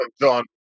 John